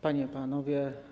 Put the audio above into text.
Panie i Panowie!